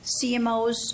CMOs